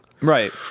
Right